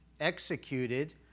executed